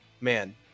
man